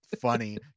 funny